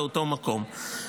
באותו מקום.